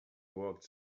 walked